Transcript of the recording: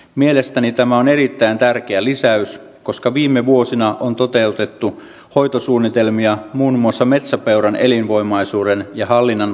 mielestäni tämä on erittäin tärkeä lisäys koska viime vuosina on toteutettu hoitosuunnitelmia muun muassa metsäpeuran elinvoimaisuuden ja hallinnan parantamiseksi